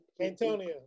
Antonio